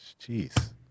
jeez